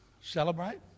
celebrate